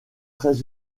très